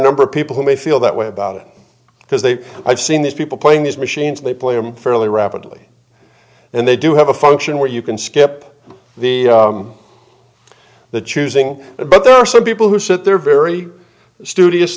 number of people who may feel that way about it because they have seen these people playing these machines they play them fairly rapidly and they do have a function where you can skip the the choosing but there are some people who sit there very